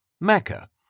Mecca